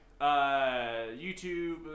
YouTube